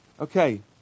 Okay